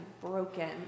broken